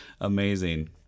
amazing